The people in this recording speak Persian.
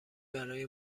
برای